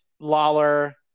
Lawler